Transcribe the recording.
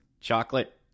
Chocolate